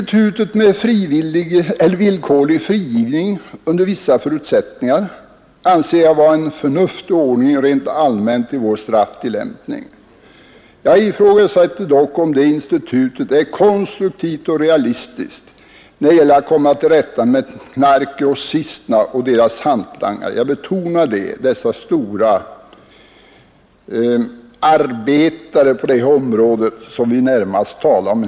Villkorlig frigivning under vissa förutsättningar anser jag vara en förnuftig ordning rent allmänt i vår strafftillämpning. Jag ifrågasätter dock om detta institut är konstruktivt och realistiskt när det gäller att komma till rätta med knarkgrossisterna och deras hantlangare — jag betonar att det är dessa stora ”arbetare” på detta område jag talar om.